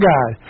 God